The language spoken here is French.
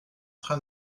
train